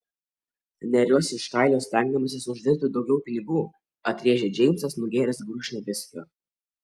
neriuosi iš kailio stengdamasis uždirbti daugiau pinigų atrėžė džeimsas nugėręs gurkšnį viskio